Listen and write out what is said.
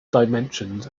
dimensions